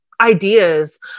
ideas